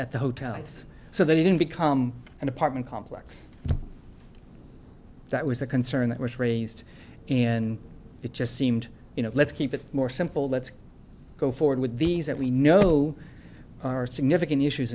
at the hotels so that it can become an apartment complex that was a concern that was raised and it just seemed you know let's keep it more simple let's go forward with these that we know are significant issues